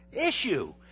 issue